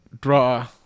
Draw